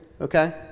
okay